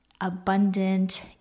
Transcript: abundant